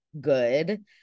good